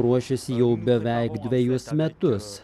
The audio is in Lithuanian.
ruošėsi jau beveik dvejus metus